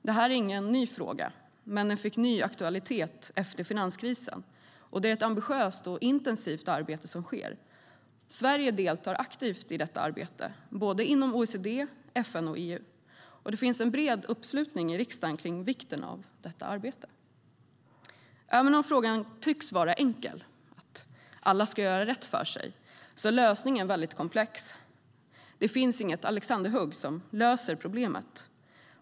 Det är ingen ny fråga, men den fick ny aktualitet efter finanskrisen, och det är ett ambitiöst och intensivt arbete som sker. Sverige deltar aktivt i detta arbete inom OECD, FN och EU, och det finns en bred uppslutning i riksdagen kring vikten av detta arbete. Även om frågan tycks vara enkel - att alla ska göra rätt för sig - är lösningen väldigt komplex. Det finns inget alexanderhugg som löser problemet.